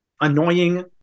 annoying